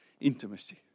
Intimacy